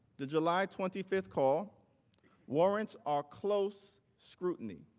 the july twenty five call warrants our close scrutiny.